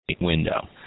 window